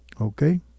Okay